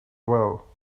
well